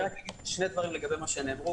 רק שני דברים לגבי מה שנאמר.